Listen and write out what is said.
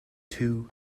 two